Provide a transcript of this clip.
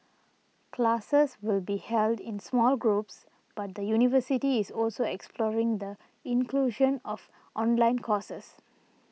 classes will be held in small groups but the university is also exploring the inclusion of online courses